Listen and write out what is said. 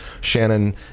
Shannon